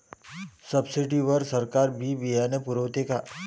Subsidy वर सरकार बी बियानं पुरवते का?